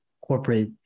corporate